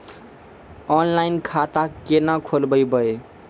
Online खाता केना खोलभैबै?